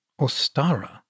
Ostara